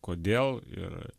kodėl ir